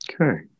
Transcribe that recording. Okay